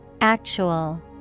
Actual